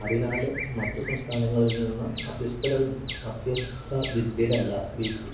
അതിനാല് മറ്റു സംസ്ഥാനങ്ങളിൽനിന്ന് അഭ്യസ്ത വിദ്യരല്ല